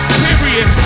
period